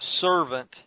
servant